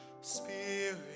Spirit